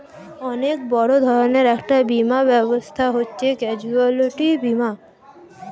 অনেক বড় ধরনের একটা বীমা ব্যবস্থা হচ্ছে ক্যাজুয়ালটি বীমা